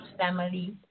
family